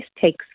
takes